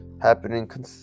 happening